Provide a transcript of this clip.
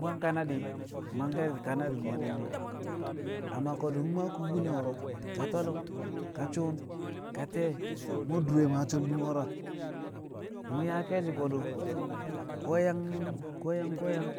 bwang kanadi̱ mangke̱ kanadi̱ mo̱ di̱ dii amma ko̱du̱ mu̱ maa kubine wo̱ro̱ ka twallu̱ng ka suun ka te̱e̱ mu̱ we̱ dure maa sobkin wo̱ro̱ mu̱ yaa ke̱e̱shi̱ ko̱du̱ ku̱ we̱ yang ku̱ we̱ yang ku̱ yang ku̱ yang